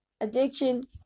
addiction